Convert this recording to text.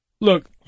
Look